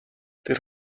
тэр